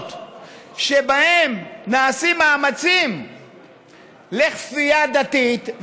לדוגמאות שבהן נעשים מאמצים לכפייה דתית,